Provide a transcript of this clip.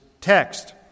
text